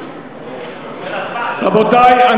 רבותי,